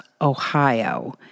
Ohio